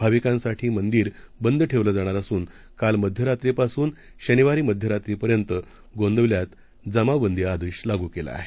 भाविकांसाठीमंदीरबंदठेवलंजाणारअसूनकालमध्यरात्रीपासूनशनिवारीमध्यरात्रीपर्यंतगोंदवल्यातजमावबंदीआदेशलागूकेलाआहे